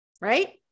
right